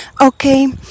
okay